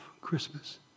Christmas